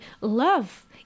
love